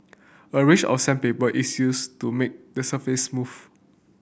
a range of sandpaper is used to make the surface smooth